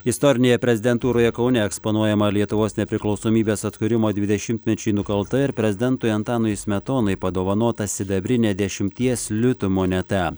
istorinėje prezidentūroje kaune eksponuojama lietuvos nepriklausomybės atkūrimo dvidešimtmečiui nukalta ir prezidentui antanui smetonai padovanota sidabrinė dešimties litų moneta